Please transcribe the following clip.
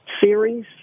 series